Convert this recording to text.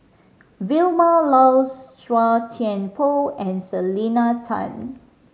Vilma Laus Chua Thian Poh and Selena Tan